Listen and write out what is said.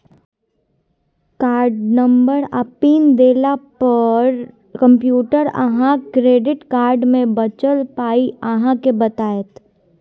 card number आ PIN देला पर कंप्यूटर अहाँक क्रेडिट कार्ड मे बचल पाइ अहाँ केँ बताएत